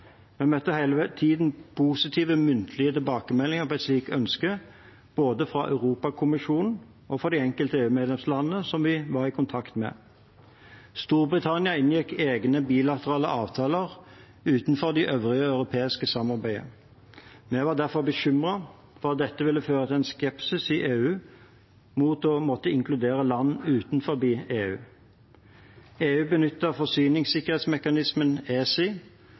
Vi møtte hele tiden positive muntlige tilbakemeldinger på et slikt ønske, både fra Europakommisjonen og fra de enkelte EU-medlemslandene vi var i kontakt med. Storbritannia inngikk egne bilaterale avtaler utenfor det øvrige europeiske samarbeidet. Vi var derfor bekymret for at dette ville føre til skepsis i EU mot å måtte inkludere land utenfor EU. EU benyttet forsyningssikkerhetsmekanismen Emergency Support Instrument, ESI,